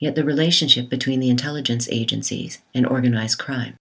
yet the relationship between the intelligence agencies in organized crime